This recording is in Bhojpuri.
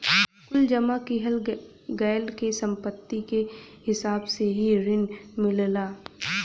कुल जमा किहल गयल के सम्पत्ति के हिसाब से ही रिन मिलला